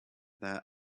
that